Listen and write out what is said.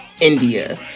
india